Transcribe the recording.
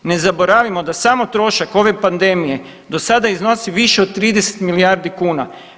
Ne zaboravimo da samo trošak ove pandemije do sada iznosi više od 30 milijardi kuna.